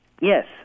Yes